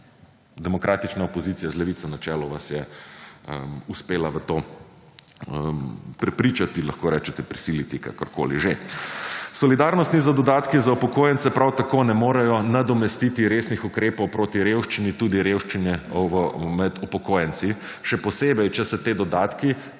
demokratična opozicija z Levico na čelu vas je uspela v to prepričati, lahko rečete prisiliti kakorkoli že. Solidarnostni dodatki za upokojence prav tako ne morejo nadomestiti resnih ukrepov proti revščini tudi revščine med upokojenci, še posebej, če se ti dodatki